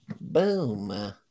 Boom